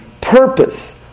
purpose